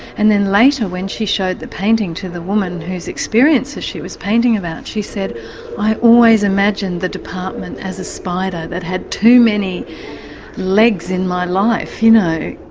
and then later when she showed the painting to the woman whose experiences she was painting about she said i always imagined the department as a spider who had too many legs in my life, you know.